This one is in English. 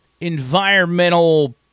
environmental